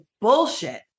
bullshit